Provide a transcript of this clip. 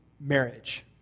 marriage